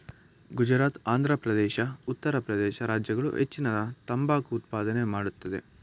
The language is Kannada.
ಗುಜರಾತ್, ಆಂಧ್ರಪ್ರದೇಶ, ಉತ್ತರ ಪ್ರದೇಶ ರಾಜ್ಯಗಳು ಹೆಚ್ಚಿನ ತಂಬಾಕು ಉತ್ಪಾದನೆ ಮಾಡತ್ತದೆ